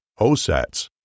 OSATs